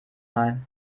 mal